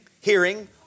hearing